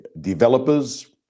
developers